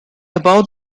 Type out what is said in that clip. about